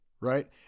right